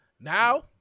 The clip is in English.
Now